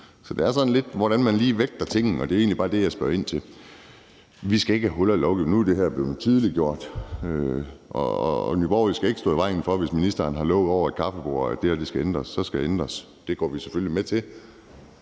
Så det er sådan lidt, hvordan man lige vægter tingene, og det er egentlig bare det, jeg spørger ind til. Vi skal ikke have huller i lovgivningen. Nu er det her blevet tydeliggjort, og Nye Borgerlige skal ikke stå i vejen for det, hvis ministeren har lovet over et kaffebord, at det her skal ændres. Så skal det ændres, og det går vi selvfølgelig med til.